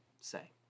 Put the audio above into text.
say